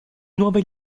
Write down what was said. nuove